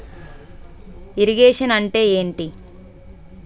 Irrigation అంటే ఏంటీ?